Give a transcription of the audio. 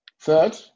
third